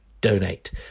donate